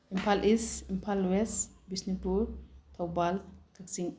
Imphal is Imphal west Bishnupur Thoubal Kakching